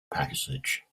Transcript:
passage